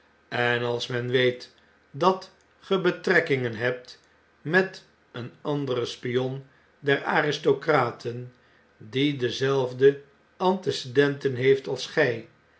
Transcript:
en als men weet dat ge betrekkingen hebt met een anderen spion der aristocraten die dezelfde antecedenten heeft als gy